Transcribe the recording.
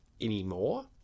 anymore